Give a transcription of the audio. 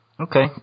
Okay